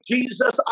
Jesus